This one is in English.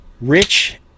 Rich